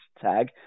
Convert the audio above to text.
tag